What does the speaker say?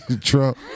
Trump